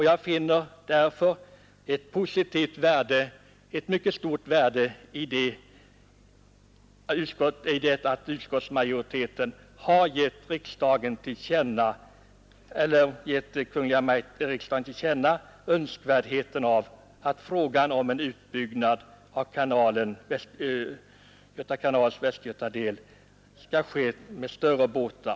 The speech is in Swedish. Jag finner därför att det ligger mycket stort värde i att utskottsmajoriteten hemställer att riksdagen som sin mening ger Kungl. Maj:t till känna att det är angeläget att Kungl. Maj:t till riksdagen inkommer med förslag om utbyggnad av Göta kanals västgötadel för trafik med större båtar.